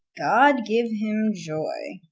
god give him joy!